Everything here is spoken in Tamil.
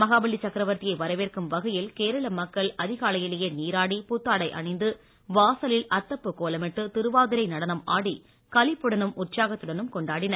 மாவேலி சக்கரவர்த்தியை வரவேற்கும் வகையில் கேரள மக்கள் அதிகாலையிலே நீராடி புத்தாடை அணிந்து வாசலில் அத்தப்பூ கோலமிட்டு திருவாதிரை நடனம் ஆடி களிப்புடனும் உற்சாகத்துடனும் கொண்டாடினர்